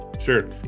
Sure